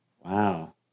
Wow